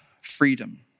freedom